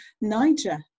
Niger